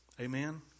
Amen